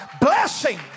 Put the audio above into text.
blessing